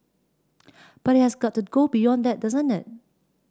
but it has got to go beyond that doesn't it